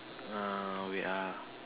uh wait ah